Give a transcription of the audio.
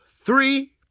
three